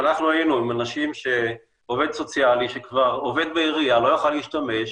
והיינו עם עובד סוציאלי שכבר בעירייה לא יכל להשתמש,